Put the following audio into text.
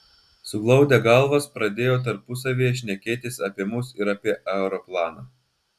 suglaudę galvas pradėjo tarpusavyje šnekėtis apie mus ir apie aeroplaną